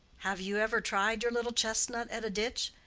have you ever tried your little chestnut at a ditch?